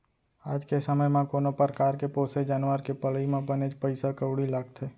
आज के समे म कोनो परकार के पोसे जानवर के पलई म बनेच पइसा कउड़ी लागथे